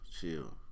chill